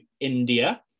India